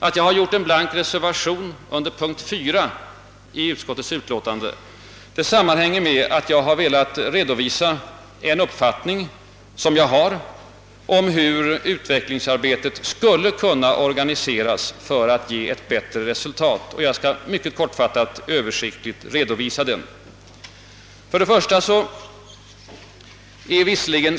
Att :jag har en blank reservation under punkt 4 i statsutskottets utlåtande nr 58 :sammanhänger med att jag velat redovisa en egen uppfattning om hur utveeklingsarbetet skulle kunna organiseras för att ge ett bättre resultat. Mycket: kortfattat och översiktligt skall jag redogöra för denna uppfattning.